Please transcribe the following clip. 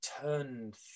turned